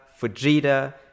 Fujita